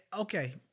Okay